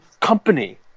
company